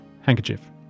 handkerchief